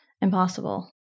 impossible